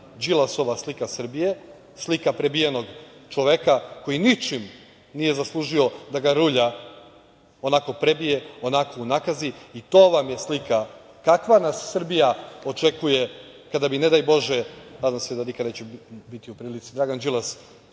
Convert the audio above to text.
Đilasova slika Srbije, slika prebijenog čoveka koji ničim nije zaslužio da ga rulja onako prebije, onako unakazi. To vam je slika kakva nas Srbija očekuje kada bi ne daj Bože, nadam se da nikada neće biti u prilici, Dragan Đilas